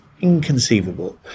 inconceivable